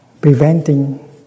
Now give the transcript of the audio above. preventing